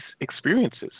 experiences